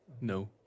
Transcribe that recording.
No